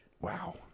Wow